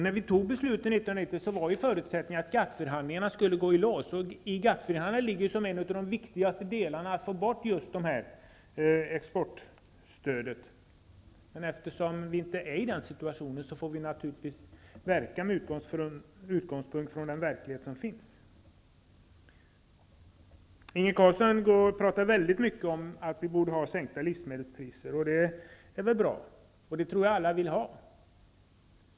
När vi tog beslutet 1990, var förutsättningarna att förhandlingarna ligger som en av de viktigaste delarna att få bort exportstödet. Men eftersom vi inte är i den situationen att stödet avskaffats, får vi naturligtvis verka med utgångspunkt i den verklighet som finns. Inge Carlsson pratade väldigt mycket om att vi borde ha lägre livsmedelspriser. Det är väl bra, och det tror jag att alla vill ha.